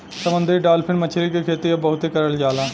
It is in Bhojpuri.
समुंदरी डालफिन मछरी के खेती अब बहुते करल जाला